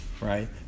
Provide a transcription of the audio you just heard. right